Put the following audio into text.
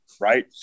right